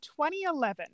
2011